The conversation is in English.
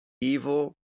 evil